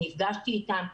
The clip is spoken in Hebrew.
נפגשתי איתם,